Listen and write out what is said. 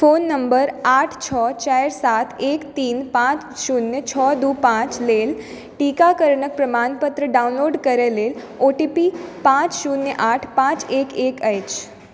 phone number आठ छओ चारि सात एक तीन पाँच शुन्य छओ दू पाँच लेल टीकाकरणक प्रमाणपत्र डाउनलोड करै लेल ओ टी पी पाँच शुन्य आठ पाँच एक एक अछि